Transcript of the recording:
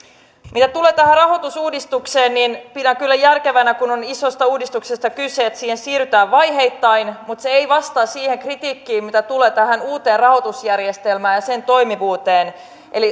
mitä tulee tähän rahoitusuudistukseen niin pidän kyllä järkevänä kun on isosta uudistuksesta kyse että siihen siirrytään vaiheittain mutta se ei vastaa siihen kritiikkiin mitä tulee tähän uuteen rahoitusjärjestelmään ja sen toimivuuteen